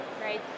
Great